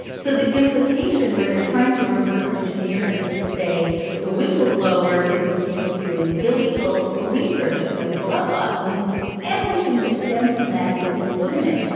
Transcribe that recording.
so the implication where they're trying to reverse engineer this to say the whistleblower is akin to an illegal police search of my glove box i mean everything that stems from that is illegitimate.